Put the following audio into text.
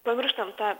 pamirštam tą